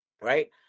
Right